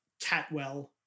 Catwell